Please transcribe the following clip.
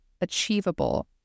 achievable